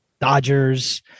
Dodgers